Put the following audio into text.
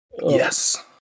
Yes